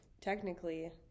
technically